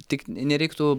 tik nereiktų